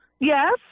yes